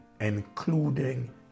including